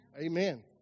Amen